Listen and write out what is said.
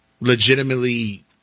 legitimately